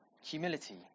humility